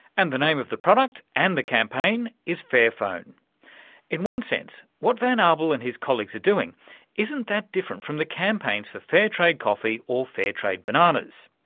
and the name of the product and the campaign is fairphone. in one sense what van ah abel and his colleagues are doing isn't that different from the campaigns for fair trade coffee or fair trade bananas,